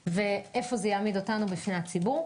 ואיפה זה יעמיד אותנו בפני הציבור,